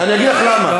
אני אגיד לך למה.